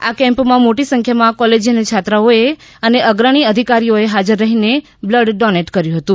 આ કેમ્પમાં મોટી સંખ્યામાં કોલેજીયન છાત્રોઓને અગ્રણી અધિકારીઓએ હાજર રહી બલ્ડ ડોનેટ કર્યુ હતું